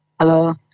Hello